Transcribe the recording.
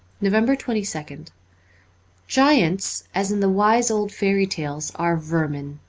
november twenty second giants, as in the wise old fairy-tales, are vermin.